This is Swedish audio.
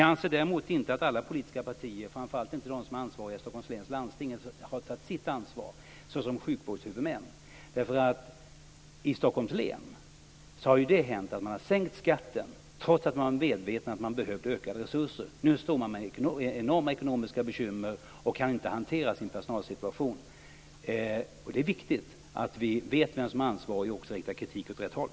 Jag anser däremot inte att alla politiska partier, framför allt inte de som har ansvaret i Stockholms läns landsting, har tagit sitt ansvar som sjukvårdshuvudmän. I Stockholms län har man sänkt skatten trots att man var medveten om att man behövde ökade resurser. Nu står man med enorma ekonomiska bekymmer och kan inte hantera sin personalsituation. Det är viktigt att vi vet vem som har ansvaret och att vi riktar kritiken åt rätt håll.